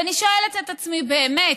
ואני שואלת את עצמי, באמת: